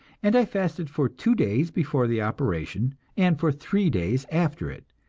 and i fasted for two days before the operation, and for three days after it,